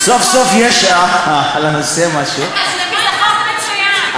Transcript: כי זה חוק מצוין.